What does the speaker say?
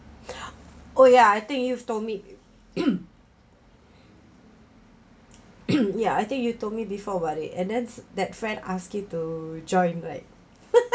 oh yeah I think you've told me ya I think you told me before about it and then s~ that friend ask you to join right